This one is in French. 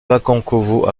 vagankovo